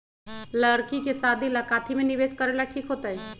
लड़की के शादी ला काथी में निवेस करेला ठीक होतई?